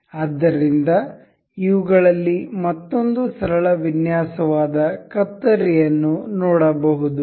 ಆದ್ದರಿಂದ ಇವುಗಳಲ್ಲಿ ಮತ್ತೊಂದು ಸರಳ ವಿನ್ಯಾಸವಾದ ಕತ್ತರಿಯನ್ನು ನೋಡಬಹುದು